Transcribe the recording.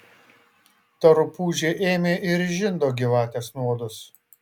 ta rupūžė ėmė ir išžindo gyvatės nuodus